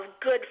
good